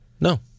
No